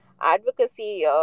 advocacy